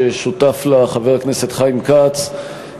ששותף לה חבר הכנסת חיים כץ,